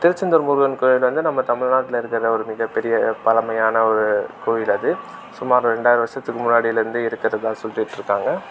திருச்செந்தூர் முருகன் கோயில் வந்து நம்ம தமிழ்நாட்டில் இருக்கிற ஒரு மிகப் பெரிய பழமையான ஒரு கோயில் அது சுமார் ரெண்டாயிரம் வருஷத்துக்கு முன்னாடிலேருந்தே இருக்கிறதா சொல்லிகிட்டு இருக்காங்க